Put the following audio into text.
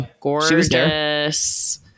Gorgeous